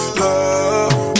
love